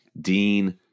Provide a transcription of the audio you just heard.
Dean